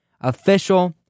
Official